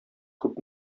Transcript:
күп